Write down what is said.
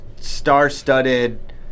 star-studded